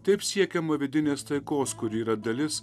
taip siekiama vidinės taikos kuri yra dalis